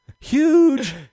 Huge